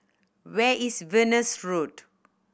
where is Venus Road